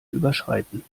überschreiten